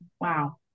Wow